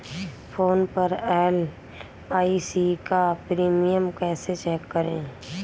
Phone पर LIC का premium कैसे चेक करें?